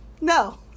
No